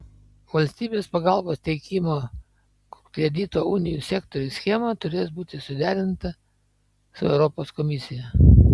valstybės pagalbos teikimo kredito unijų sektoriui schema turės būti suderinta su europos komisija